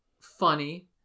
funny